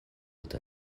это